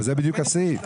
אבל זה בדיוק הסעיף.